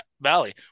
Valley